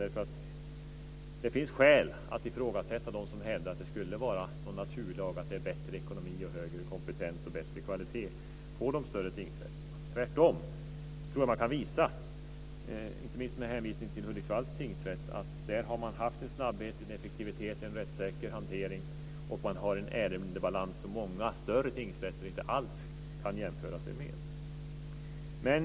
Det finns nämligen skäl att ifrågasätta dem som hävdar att det skulle vara en naturlag att det är bättre ekonomi, högre kompetens och bättre kvalitet på de större tingsrätterna. Jag tror att man tvärtom kan visa - inte minst med hänvisning till Hudiksvalls tingsrätt - att det finns en snabbhet, en effektivitet och en rättssäker hantering samt en ärendebalans som många större tingsrätter inte alls kan jämföra sig med.